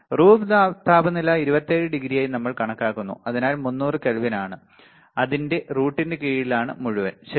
room താപനില 27 ഡിഗ്രിയായി നമ്മൾ കണക്കാക്കുന്നു അതിനാൽ 300 കെൽവിൻ ആണ് അതിന്റെ റൂട്ടിന് കീഴിലാണ് മുഴുവൻ ശരി